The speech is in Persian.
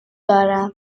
دارم